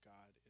God